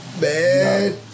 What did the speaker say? Man